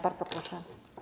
Bardzo proszę.